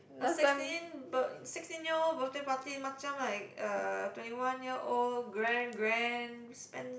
the sixteen b~ sixteen year old birthday party macam like a twenty one year old grand grand spend